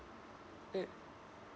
mm